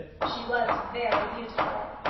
she was very beautiful.